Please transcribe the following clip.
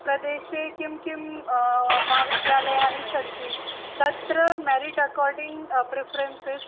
प्रदेशे किं किं महाविद्यालयानि सन्ति तत्र मेरिट् अकार्डिङ्ग् प्रिफ़्रेन्सस्